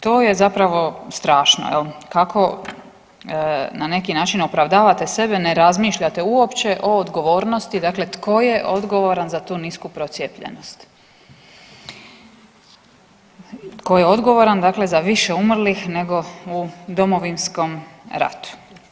To je zapravo strašno jel kako na neki način opravdavate sebe, ne razmišljate uopće o odgovornosti, dakle tko je odgovoran za tu nisku procijepljenost, tko je odgovoran dakle za više umrlih nego u Domovinskom ratu.